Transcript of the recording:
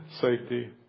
safety